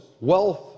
wealth